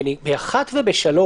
בפסקאות (1) ו-(3),